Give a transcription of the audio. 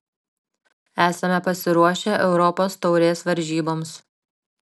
esame pasiruošę europos taurės varžyboms